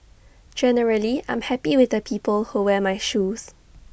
generally I'm happy with the people who wear my shoes